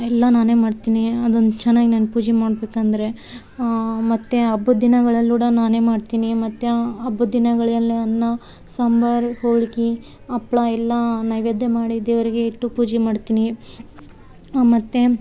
ಎಲ್ಲ ನಾನೆ ಮಾಡ್ತೀನಿ ಅದೊಂದು ಚೆನ್ನಾಗ್ ನಾನು ಪೂಜೆ ಮಾಡಬೇಕಂದ್ರೆ ಮತ್ತು ಹಬ್ಬದ್ ದಿನಗಳಲ್ಲುಕೂಡ ನಾನೆ ಮಾಡ್ತೀನಿ ಮತ್ತು ಹಬ್ಬದ್ ದಿನಗಳೆಲ್ಲ ಅನ್ನ ಸಾಂಬಾರ್ ಹೋಳ್ಗಿ ಹಪ್ಳ ಎಲ್ಲ ನೈವೇದ್ಯ ಮಾಡಿ ದೇವರಿಗೆ ಇಟ್ಟು ಪೂಜೆ ಮಾಡ್ತೀನಿ ಮತ್ತು